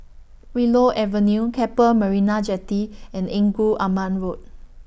Willow Avenue Keppel Marina Jetty and Engku Aman Road